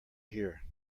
hear